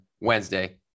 Wednesday